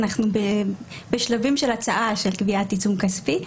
אנחנו בשלבים של הצעה של קביעת עיצום כספי.